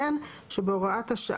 יבוא "כל מסמך הנדרש לפי